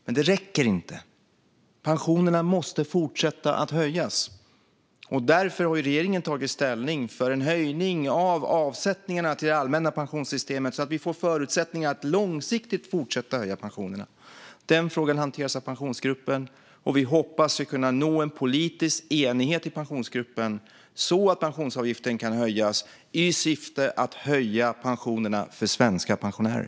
Men det räcker inte. Pensionerna måste fortsätta höjas. Därför har regeringen tagit ställning för en höjning av avsättningarna till det allmänna pensionssystemet så att vi får förutsättningar att långsiktigt fortsätta höja pensionerna. Den frågan hanteras av Pensionsgruppen, och vi hoppas kunna nå politisk enighet i Pensionsgruppen så att pensionsavgiften kan höjas i syfte att höja pensionerna för svenska pensionärer.